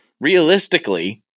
realistically